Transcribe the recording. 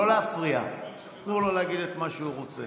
לא להפריע, תנו לו להגיד את מה שהוא רוצה.